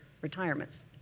retirements